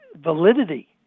validity